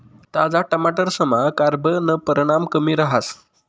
ताजा टमाटरसमा carbon परमाण कमी रहास